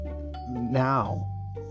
now